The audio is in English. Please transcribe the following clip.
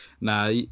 Nah